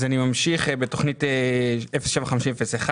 תוכנית 07-50-02